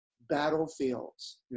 battlefields